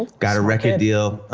got a record deal